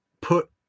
put